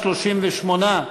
38,